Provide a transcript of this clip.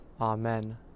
Amen